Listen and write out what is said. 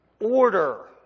Order